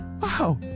Wow